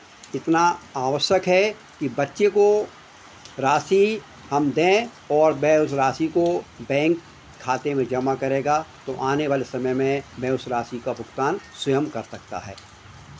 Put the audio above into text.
इतना आवश्यक है कि बच्चे को राशि हम दें और वह उस राशि को बैंक खाते में जमा करेगा तो आने वाले समय में वह उस राशि का भुगतान स्वयं कर सकता है